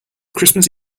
christmas